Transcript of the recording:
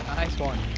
nice one.